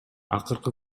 акыркы